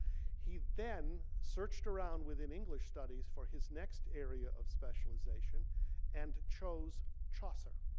he then searched around within english studies for his next area of specialization and chose chaucer.